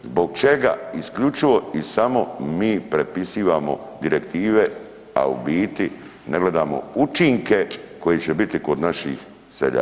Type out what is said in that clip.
Zbog čega isključivo i samo mi prepisivamo direktive, a u biti ne gledamo učinke koji će biti kod naših seljaka?